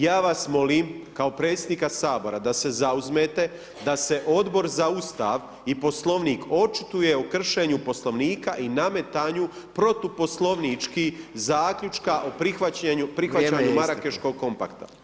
Ja vas molim kao predsjednika Sabora da se zauzmete da se Odbor za Ustav i Poslovnik očituje o kršenju Poslovnika i nametanju protuposlovnički zaključka o prihvaćanju [[Upadica: Vrijeme je isteklo]] Marakeškog kompakta.